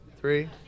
Three